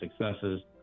successes